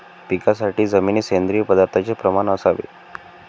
पिकासाठी जमिनीत सेंद्रिय पदार्थाचे प्रमाण असावे